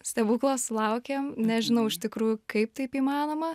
stebuklo sulaukėm nežinau iš tikrųjų kaip taip įmanoma